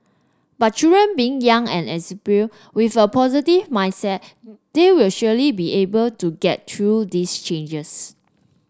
but children being young and exuberant with a positive mindset they will surely be able to get through these changes